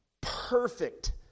perfect